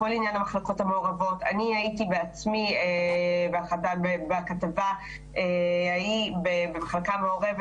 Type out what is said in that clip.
כל עניין המחלקות המעורבות - אני בעצמי הייתי בכתבה ההיא במחלקה מעורבת.